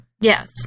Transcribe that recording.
Yes